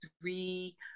three